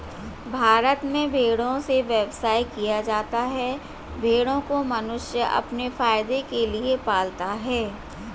भारत में भेड़ों से व्यवसाय किया जाता है भेड़ों को मनुष्य अपने फायदे के लिए पालता है